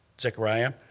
Zechariah